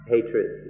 Hatred